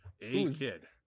A-kid